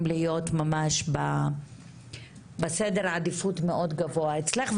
להיות ממש בסדר עדיפות מאוד גבוה אצלך,